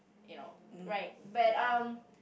you know right but um